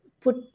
put